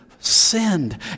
sinned